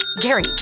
Gary